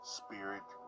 spirit